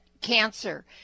cancer